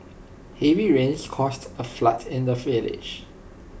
heavy rains caused A flood in the village